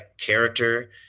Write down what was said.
character